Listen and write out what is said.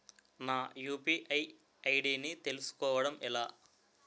నా UPI ID ని తెలుసుకోవడం ఎలా?